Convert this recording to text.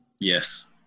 Yes